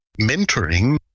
mentoring